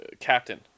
captain